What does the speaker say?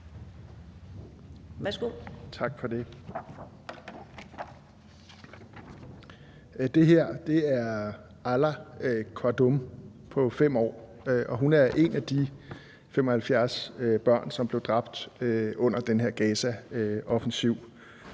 et billede op). Det her er Alaa Qaddoum på 5 år, og hun er et af de 75 børn, som blev dræbt under den her Gazaoffensiv,